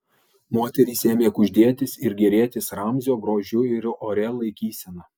moterys ėmė kuždėtis ir gėrėtis ramzio grožiu ir oria laikysena